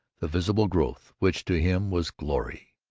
the visible growth, which to him was glory.